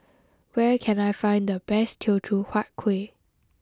where can I find the best Teochew Huat Kuih